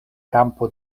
kampo